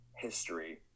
history